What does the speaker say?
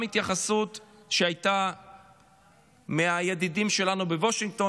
גם ההתייחסות שהייתה מהידידים שלנו בוושינגטון